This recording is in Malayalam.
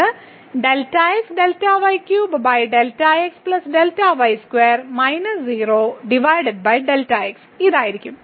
ഇത് ഇതായിരിക്കും